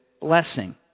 blessing